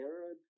Arab